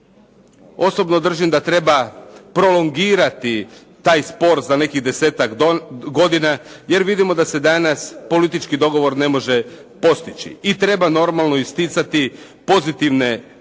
Osobno držim da treba prolongirati taj spor za nekih desetak godina jer vidimo da se danas politički dogovor ne može postići. I treba normalno isticati pozitivne primjere,